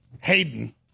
Hayden